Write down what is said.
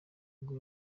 nibwo